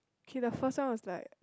K the first one is like